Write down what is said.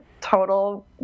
total